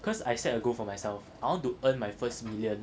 cause I set a goal for myself I want to earn my first million